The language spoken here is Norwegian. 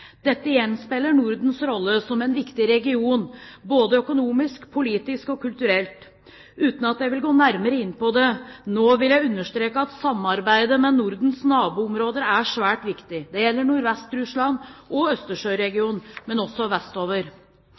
Dette gjenspeiler Nordens rolle som en viktig region både økonomisk, politisk og kulturelt. Uten at jeg vil gå nærmere inn på det nå, vil jeg understreke at samarbeidet med Nordens naboområder er svært viktig. Det gjelder Nordvest-Russland og Østersjøregionen, men også vestover.